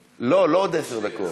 לא, לא עוד עשר דקות,